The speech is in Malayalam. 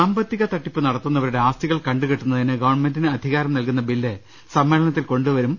സാമ്പത്തിക തട്ടിപ്പ് നടത്തുന്നവരുടെ ആസ്തികൾ കണ്ടുകെട്ടുന്നതിന് ഗവൺമെന്റിന് അധികാരം നൽകുന്ന ബില്ല് സമ്മേളനത്തിൽ ഗവൺമെന്റ് കൊണ്ടുവരും